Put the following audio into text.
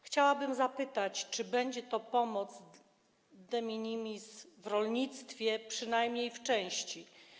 Chciałabym zapytać, czy będzie to pomoc de minimis w rolnictwie, przynajmniej w części?